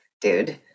dude